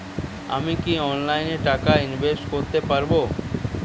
আমি কি অনলাইনে টাকা ইনভেস্ট করতে পারবো?